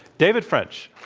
david french.